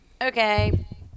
Okay